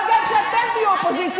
אבל גם כשאתם תהיו אופוזיציה,